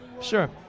Sure